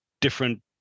different